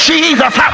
Jesus